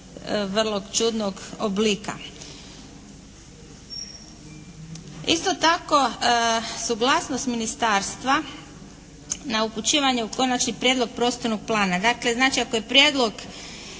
vrlo čudnog oblika. Isto tako, suglasnost ministarstva na upućivanje u konačni prijedlog prostornog plana. Znači, ako je prijedlog